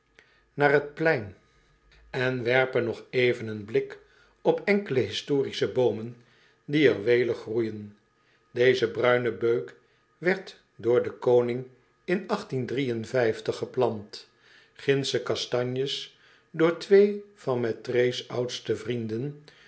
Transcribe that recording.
naar het plein en werpen nog even een blik op enkele historische boomen die er welig groeijen deze bruine beuk werd door den koning in geplant gindsche kastanjes door twee van mettray's oudste vrienden